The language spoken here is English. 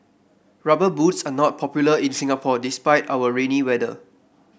rubber boots are not popular in Singapore despite our rainy weather